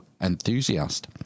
enthusiast